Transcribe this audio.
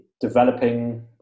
developing